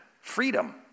freedom